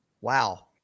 wow